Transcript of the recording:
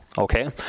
okay